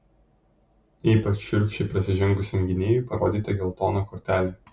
ypač šiurkščiai prasižengusiam gynėjui parodyta geltona kortelė